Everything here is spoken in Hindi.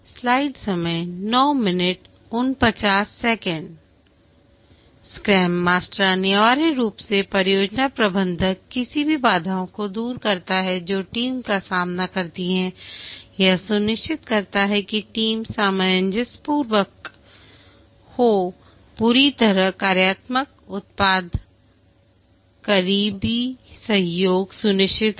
स्क्रैम मास्टर अनिवार्य रूप से परियोजना प्रबंधक किसी भी बाधाओं को दूर करता है जो टीम का सामना करती है यह सुनिश्चित करता है कि टीम सामंजस्यपूर्ण हो पूरी तरह कार्यात्मक उत्पादक करीबी सहयोग सुनिश्चित हो